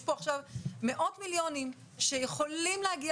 יש פה עכשיו מאות מיליונים שיכולים להגיע